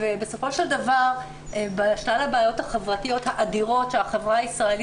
בסופו של דבר בשלל הבעיות החברתיות האדירות שהחברה הישראלית